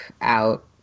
out